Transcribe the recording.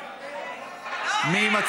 אם אין מישהו שיציג את הצעת החוק,